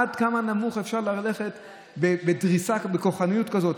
עד כמה נמוך אפשר ללכת בדריסה, בכוחניות כזאת?